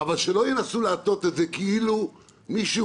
אבל שלא ינסו להטות את זה כאילו מישהו